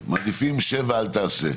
מעדיפים להיות ב"שב ואל תעשה".